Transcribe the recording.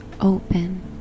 open